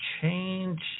change